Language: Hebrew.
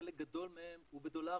חלק גדול מהן הוא בדולרים.